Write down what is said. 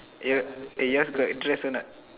yup eh yours got dress or not